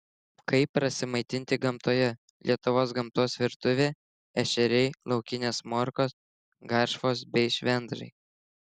kaip prasimaitinti gamtoje lietuvos gamtos virtuvė ešeriai laukinės morkos garšvos bei švendrai